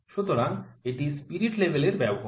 সুতরাং এটি স্পিরিট লেভেলের ব্যবহার